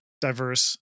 diverse